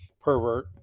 pervert